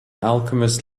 alchemist